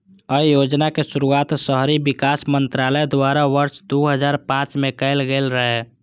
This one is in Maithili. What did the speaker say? अय योजनाक शुरुआत शहरी विकास मंत्रालय द्वारा वर्ष दू हजार पांच मे कैल गेल रहै